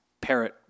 parrot